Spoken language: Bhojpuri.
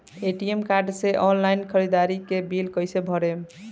ए.टी.एम कार्ड से ऑनलाइन ख़रीदारी के बिल कईसे भरेम?